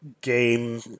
game